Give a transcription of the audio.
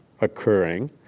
occurring